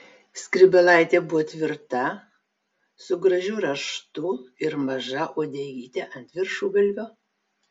skrybėlaitė buvo tvirta su gražiu raštu ir maža uodegyte ant viršugalvio